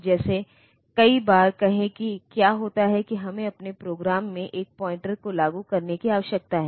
तो इसे hand assembly द्वारा किया जाता है इस प्रक्रिया को हैंड असेंबली के रूप में जाना जाता है